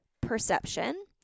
perception